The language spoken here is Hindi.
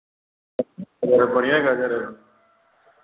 अगर बढ़ियाँ गाजर है